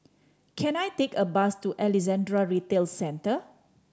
can I take a bus to Alexandra Retail Centre